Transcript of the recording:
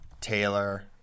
Taylor –